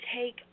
take